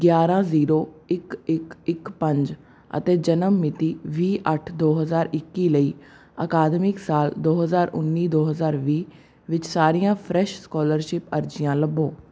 ਗਿਆਰਾਂ ਜ਼ੀਰੋ ਇੱਕ ਇੱਕ ਇੱਕ ਪੰਜ ਅਤੇ ਜਨਮ ਮਿਤੀ ਵੀਹ ਅੱਠ ਦੋ ਹਜ਼ਾਰ ਇੱਕੀ ਲਈ ਅਕਾਦਮਿਕ ਸਾਲ ਦੋ ਹਜ਼ਾਰ ਉੱਨੀ ਦੋ ਹਜ਼ਾਰ ਵੀਹ ਵਿੱਚ ਸਾਰੀਆਂ ਫਰੈਸ਼ ਸਕਾਲਰਸ਼ਿਪ ਅਰਜ਼ੀਆਂ ਲੱਭੋ